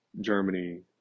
Germany